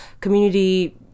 community